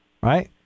right